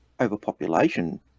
overpopulation